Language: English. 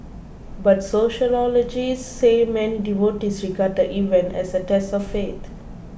but sociologists say many devotees regard the event as a test of faith